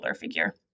figure